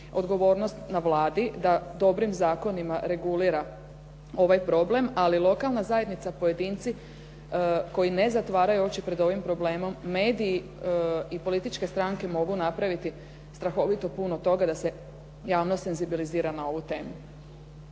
odgovornost na Vladi da dobrim zakonima regulira ovaj problem ali lokalna zajednica, pojedinci koji ne zatvaraju oči pred ovim problemom mediji i političke stranke mogu napraviti strahovito puno toga da se javnost senzibilizira na ovu temu.